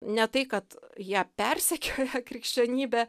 ne tai kad jie persekioja krikščionybę